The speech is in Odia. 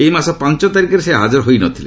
ଏହି ମାସ ପାଞ୍ଚ ତାରିଖରେ ସେ ହାକର ହୋଇନଥିଲେ